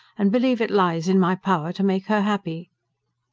and believe it lies in my power to make her happy.